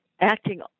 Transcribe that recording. acting